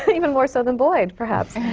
even more so than boyd, perhaps!